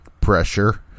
pressure